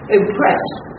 impressed